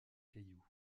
cailloux